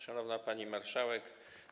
Szanowna Pani Marszałek!